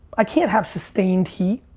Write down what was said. i can't have sustained heat.